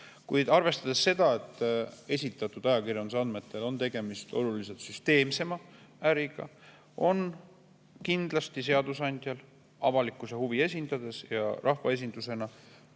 Aga arvestades seda, et ajakirjanduses esitatud andmetel on tegemist oluliselt süsteemsema äriga, on kindlasti seadusandjal avalikkuse huvi esindades rahvaesindusena